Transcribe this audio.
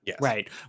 right